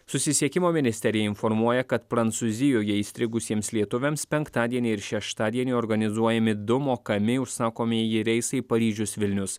susisiekimo ministerija informuoja kad prancūzijoje įstrigusiems lietuviams penktadienį ir šeštadienį organizuojami du mokami užsakomieji reisai paryžius vilnius